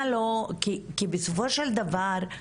כי בסופו של דבר,